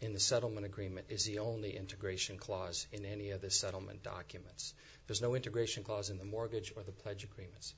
in the settlement agreement is the only integration clause in any of the settlement documents there's no integration clause in the mortgage or the pledge agreements